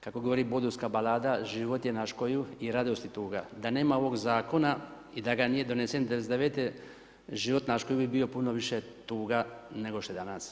Kako govori bodulska balada „Život je na škoju i radost i tuga“, da nema ovog Zakona i da ga nije donesen '99.-te, život na škoju bi bio puno više tuga nego što je danas.